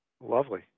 Lovely